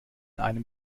einem